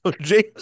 James